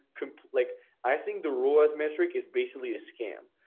like i think the rowers metric is basically a scam.